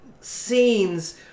scenes